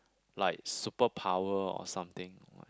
like superpower or something like